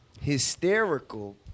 hysterical